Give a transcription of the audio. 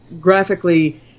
graphically